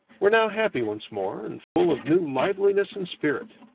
were now happy once more, and full of new liveliness and spirit.